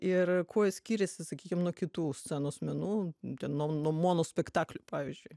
ir kuo skiriasi sakykim nuo kitų scenos menų ten nuo nuo monospektaklių pavyzdžiui